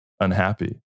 unhappy